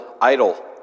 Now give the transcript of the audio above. idle